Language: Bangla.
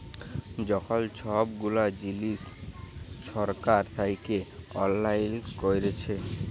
এখল ছব গুলা জিলিস ছরকার থ্যাইকে অললাইল ক্যইরেছে